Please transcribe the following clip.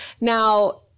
Now